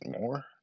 more